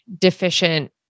deficient